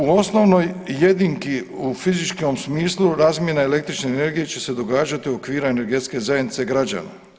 U osnovnoj jedinki u fizičkom smislu razmjena električne energije će se događati u okviru energetske zajednice građana.